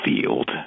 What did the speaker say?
field